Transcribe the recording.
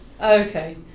Okay